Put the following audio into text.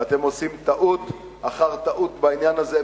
ואתם עושים טעות אחר טעות בעניין הזה.